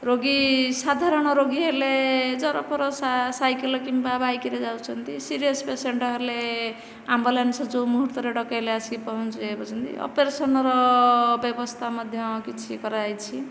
ରୋଗୀ ସାଧାରଣ ରୋଗୀ ହେଲେ ଜ୍ୱର ଫର ସାଇକେଲ କିମ୍ବା ବାଇକ୍ ସିରିୟସ୍ ପେସେଣ୍ଟ ହେଲେ ଆମ୍ବୁଲାନ୍ସ ଯେଉଁ ମୁହୁର୍ତରେ ଡକାଇଲେ ଆସିକି ପହଞ୍ଚି ଯାଉଛନ୍ତି ଅପେରସନ୍ର ବ୍ୟବସ୍ଥା ମଧ୍ୟ କିଛି କରାଯାଇଛି